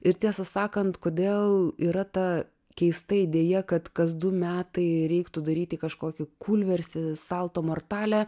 ir tiesą sakant kodėl yra ta keista idėja kad kas du metai reiktų daryti kažkokį kūlverstį salto mortale